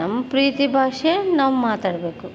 ನಮ್ಮ ಪ್ರೀತಿ ಭಾಷೆ ನಾವು ಮಾತಾಡಬೇಕು